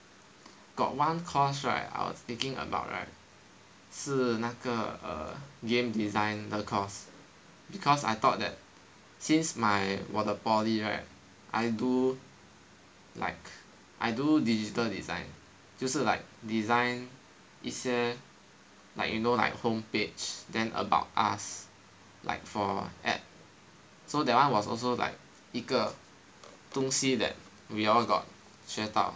got one course right I was thinking about right 是那个 err game design 的 course because I thought that since my 我的 poly right I do like I do digital design 就是 like design 一些 like you know like home page then about us like for app so that one was also like 一个东西 that we all got 学到